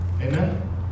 Amen